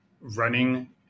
running